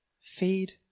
feed